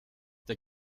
der